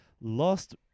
Lost